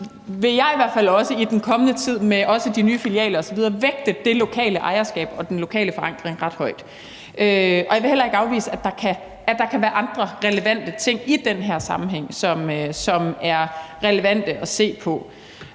vil jeg i hvert fald også i den kommende tid også med de nye filialer osv. vægte det lokale ejerskab og den lokale forankring ret højt. Jeg vil heller ikke afvise, at der kan være andre ting i den her sammenhæng, som er relevante at se på.